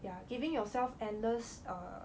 ya giving yourself endless err